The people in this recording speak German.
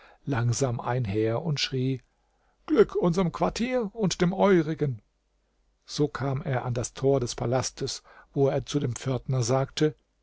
langsam einher und schrie glück unserm quartier und dem eurigen so kam er an das tor des palastes wo er zu dem pförtner sagte